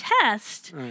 test